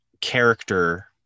character